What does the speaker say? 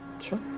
Sure